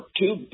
two